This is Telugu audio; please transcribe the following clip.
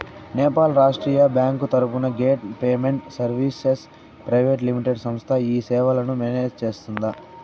నేపాల్ రాష్ట్రీయ బ్యాంకు తరపున gate payment services private limited సంస్థ ఈ సేవలను మేనేజ్ సేస్తుందా?